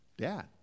Dad